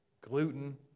gluten